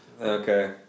Okay